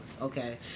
okay